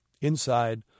Inside